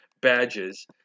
badges